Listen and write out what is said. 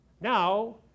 Now